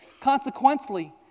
Consequently